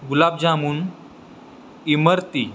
gulab jamun Imarti